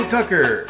Tucker